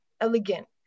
elegant